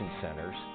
centers